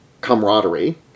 camaraderie